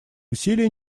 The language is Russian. усилия